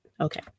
Okay